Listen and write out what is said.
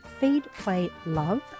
feedplaylove